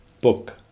book